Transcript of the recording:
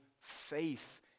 faith